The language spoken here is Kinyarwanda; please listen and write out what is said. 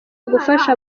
ugufasha